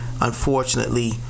unfortunately